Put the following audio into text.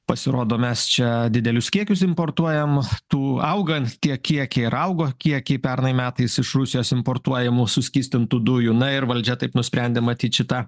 pasirodo mes čia didelius kiekius importuojam tų augant tie kiekiai ir augo kiekiai pernai metais iš rusijos importuojamų suskystintų dujų na ir valdžia taip nusprendė matyt šitą